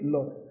Lord